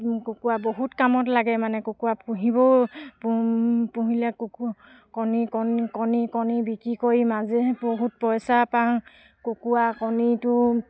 কুকুৰা বহুত কামত লাগে মানে কুকুৰা পুহিবও পুহিলে কুকুৰ কণী কণী কণী বিক্ৰী কৰি মাজে বহুত পইছা পাওঁ কুকুৰা কণীটো